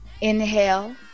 Inhale